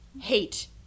hate